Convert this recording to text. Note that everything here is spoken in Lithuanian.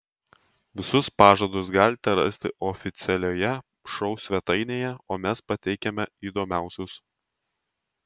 visus pažadus galite rasti oficialioje šou svetainėje o mes pateikiame įdomiausius